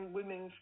women